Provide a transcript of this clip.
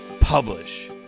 publish